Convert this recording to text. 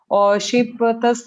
o šiaip va tas